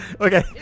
Okay